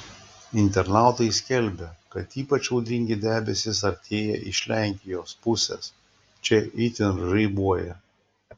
internautai skelbia kad ypač audringi debesys artėja iš lenkijos pusės čia itin žaibuoja